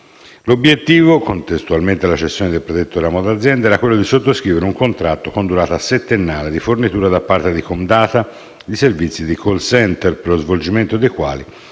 L'obiettivo, contestualmente alla cessione del predetto ramo d'azienda, era quello di sottoscrivere un contratto con durata settennale di fornitura da parte di Comdata di servizi di *call center*, per lo svolgimento dei quali